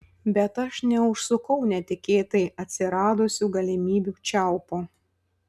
bet aš neužsukau netikėtai atsiradusių galimybių čiaupo